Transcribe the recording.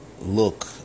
Look